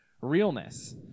realness